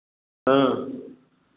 हाँ